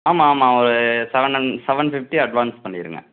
ஆமாம் ஆமாம் ஒரு செவன் செவன்ஃபிப்டி அட்வான்ஸ் பண்ணிவிடுங்க